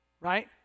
right